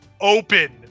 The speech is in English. open